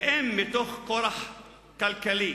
והן מתוך כורח כלכלי.